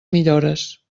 millores